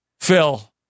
Phil